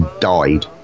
died